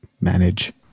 manage